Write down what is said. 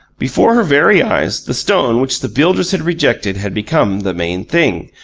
before her very eyes the stone which the builders had rejected had become the main thing,